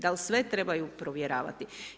Dal sve trebaju provjeravati.